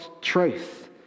truth